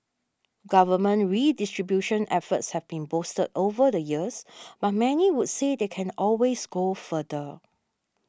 government redistribution efforts have been boosted over the years but many would say they can always go further